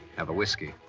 have a whiskey,